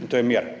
In to je mir.